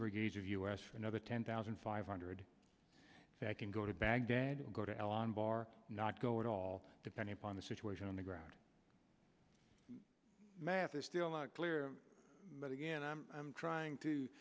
brigades of us another ten thousand five hundred that can go to baghdad and go to alan barr not go at all depending upon the situation on the ground math is still not clear but again i'm trying to